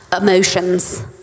emotions